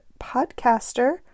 podcaster